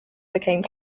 become